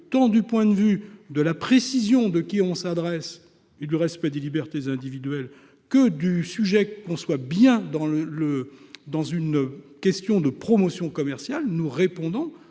tant du point de vue de la précision de qui on s'adresse et du respect des libertés individuelles que du sujet qu'on soit bien dans le le dans une question de promotion commerciale nous répondant